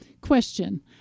Question